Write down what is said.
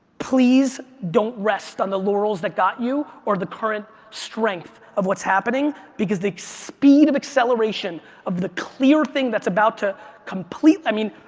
please don't rest on the laurels that got you or the current strength of what's happening because the speed of acceleration of the clear thing that's about to complete, i mean,